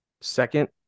Second